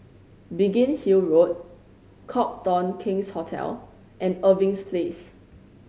Biggin Hill Road Copthorne King's Hotel and Irving Place